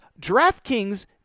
DraftKings